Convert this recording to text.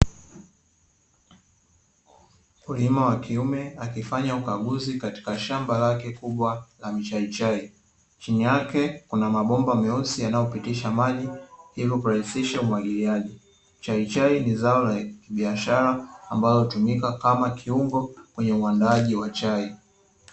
Mkulima wa kiume akifanya ukaguzi katika shamba lake kubwa la mchaichai, chini yake kuna mabomba meusi yanayopitisha maji, hivyo kurahisisha umwagiliaji, mchaichai ni zao la kibiashara ambalo hutumika kama kiungo kwenye uandaaji wa chai.